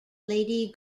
lady